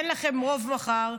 אין לכם רוב מחר.